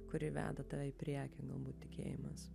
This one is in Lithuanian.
kuri veda tave į priekį nu mu tikėjimas